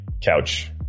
couch